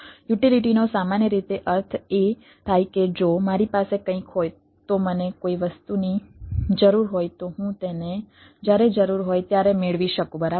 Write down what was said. યુઇલિટીનો સામાન્ય રીતે અર્થ એ થાય છે કે જો મારી પાસે કંઈક હોય તો મને કોઈ વસ્તુની જરૂર હોય તો હું તેને જ્યારે જરૂર હોય ત્યારે મેળવી શકું બરાબર